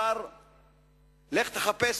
לך תחפש,